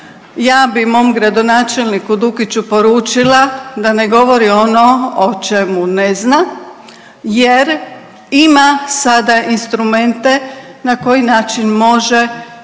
ja bi mom gradonačelniku Dukiću poručila da ne govori ono o čemu ne zna jer ima sada instrumente na koji način može